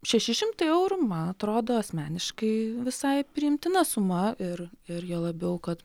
šeši šimtai eurų man atrodo asmeniškai visai priimtina suma ir ir juo labiau kad